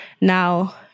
now